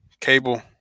Cable